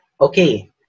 Okay